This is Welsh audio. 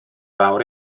fawr